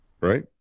right